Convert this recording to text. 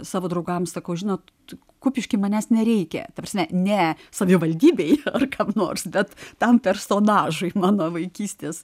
savo draugams sakau žinot kupišky manęs nereikia ta prasme ne savivaldybei ar kam nors bet tam personažui mano vaikystės